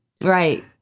right